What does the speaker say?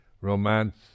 romance